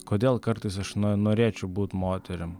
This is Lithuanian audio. kodėl kartais aš na norėčiau būt moterim